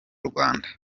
rwanda